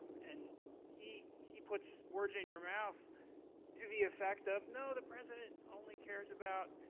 and he he puts words in your mouth to the effect of no. the president only cares about